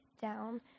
down